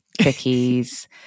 cookies